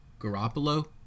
Garoppolo